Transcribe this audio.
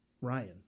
Ryan